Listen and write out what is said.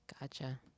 Gotcha